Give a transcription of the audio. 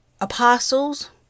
Apostles